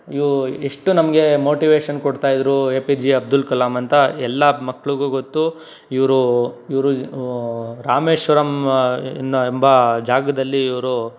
ಇವು ಎಷ್ಟು ನಮಗೆ ಮೋಟಿವೇಷನ್ ಕೊಡ್ತಾ ಇದ್ದರು A P J Abdul Kalam ಅಂತ ಎಲ್ಲ ಮಕ್ಳಿಗೂ ಗೊತ್ತು ಇವರು ಇವರು ರಾಮೇಶ್ವರಮ್ ಎನ್ನೋ ಎಂಬ ಜಾಗದಲ್ಲಿ ಇವರು